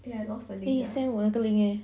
eh send 我那个 link eh